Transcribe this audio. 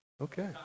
Okay